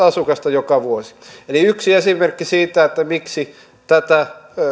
asukasta joka vuosi yksi esimerkki siitä miksi tätä